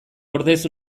ordez